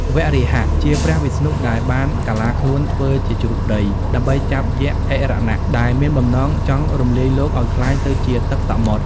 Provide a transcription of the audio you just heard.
វរាហៈ ជាព្រះវិស្ណុដែលបានកាឡាខ្លួនធ្វើជាជ្រូកព្រៃ ដើម្បីចាប់យក្សហិរណៈ ដែលមានបំណងចង់រំលាយលោកឱ្យក្លាយទៅជាទឹកសមុទ្រ។